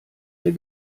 der